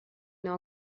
n’ai